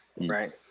Right